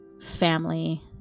family